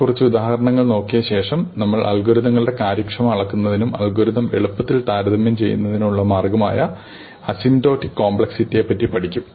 കുറച്ച് ഉദാഹരണങ്ങൾ നോക്കിയ ശേഷം നമ്മൾ അൽഗോരിതങ്ങളുടെ കാര്യക്ഷമത അളക്കുന്നതിനും അൽഗോരിതം എളുപ്പത്തിൽ താരതമ്യം ചെയ്യുന്നതിനുമുള്ള മാർഗ്ഗമായ അസിംപ്റ്റോട്ടിക് കോംപ്ലക്സിറ്റിയെപ്പറ്റി പഠിക്കും